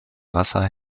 wasser